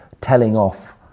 telling-off